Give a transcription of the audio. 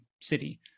city